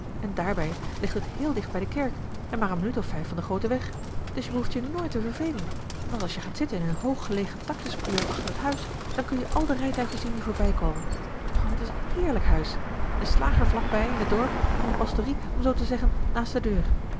en daarbij ligt het heel dicht bij de kerk en maar een minuut of vijf van den grooten weg dus je behoeft je nooit te vervelen want als je gaat zitten in een hoog gelegen taxis prieel achter t huis dan kun je al de rijtuigen zien die voorbijkomen o t is een heerlijk huis de slager vlak bij in het dorp en de pastorie om zoo te zeggen naast de deur